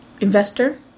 Investor